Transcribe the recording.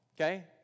okay